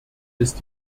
ist